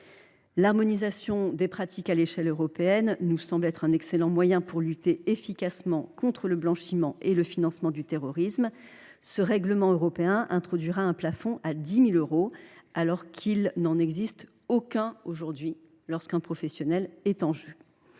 L’harmonisation des pratiques à l’échelle européenne est un excellent moyen pour lutter efficacement contre le blanchiment et le financement du terrorisme. Ce règlement introduira un plafond à 10 000 euros, alors qu’il n’en existe aucun aujourd’hui lorsqu’un professionnel est en jeu.